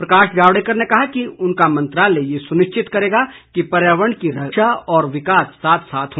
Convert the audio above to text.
प्रकाश जावड़ेकर ने कहा कि उनका मंत्रालय यह सुनिश्चित करेगा कि पर्यावरण की रक्षा और विकास साथ साथ हों